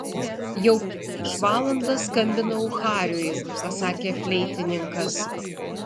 jau prieš valandą skambinau hariui pasakė fleitininkas